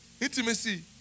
Intimacy